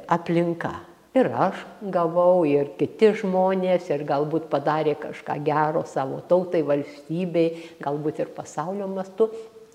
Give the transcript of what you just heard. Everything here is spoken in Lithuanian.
aplinka ir aš gavau ir kiti žmonės ir galbūt padarė kažką gero savo tautai valstybei galbūt ir pasaulio mastu